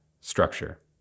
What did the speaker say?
structure